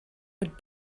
would